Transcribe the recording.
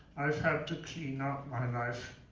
i have had to clean up my life.